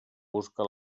busca